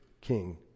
king